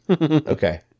okay